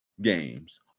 games